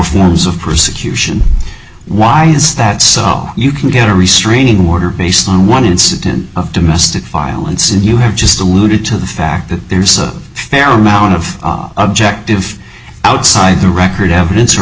forms of persecution why is that so you can get a restraining order based on one incident of domestic violence and you have just alluded to the fact that there's a fair amount of objective outside the record evidence or